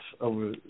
over